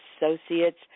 associates